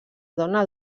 dona